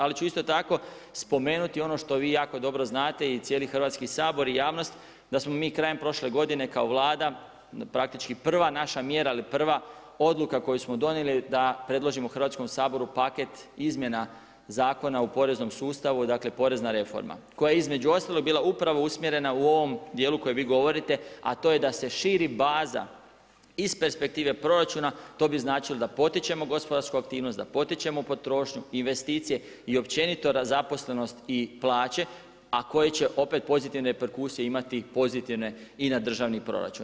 Ali ću isto tako spomenuti ono što vi jako dobro znate i cijeli Hrvatski sabor i javnost da smo mi krajem prošle godine kao Vlada praktički prva naša mjera ili prva odluka koju smo donijeli da predložimo Hrvatskom saboru paket Izmjena zakona u poreznom sustavu, dakle porezna reforma koja je između ostalog bila upravo usmjerena u ovom dijelu o kojem vi govorite a to je da se širi baza iz perspektive proračuna, to bi značilo da potičemo gospodarsku aktivnost, da potičemo potrošnju, investicije i općenito zaposlenost i plaće a koje će opet pozitivne reperkusije imati pozitivne i na državni proračun.